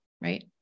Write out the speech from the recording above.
right